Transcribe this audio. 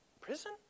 prison